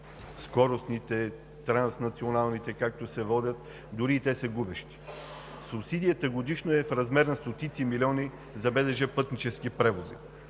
скоростните, транснационалните, както се водят, дори и те са губещи. Субсидията годишно е в размер на стотици милиони за БДЖ „Пътнически превози“.